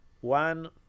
One